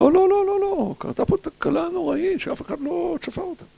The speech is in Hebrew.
‫לא, לא, לא, לא, לא. ‫קרתה פה תקלה נוראית, ‫שאף אחד לא צפה אותה.